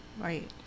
Right